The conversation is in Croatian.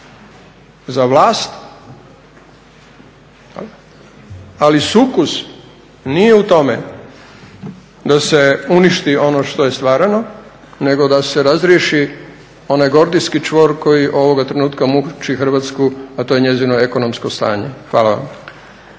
za vlast, ali sukus nije u tome da se uništi ono što je stvarano nego da se razriješi onaj gordijski čvor koji ovoga trenutka muči Hrvatsku, a to je njezino ekonomsko stanje. Hvala vam.